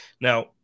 now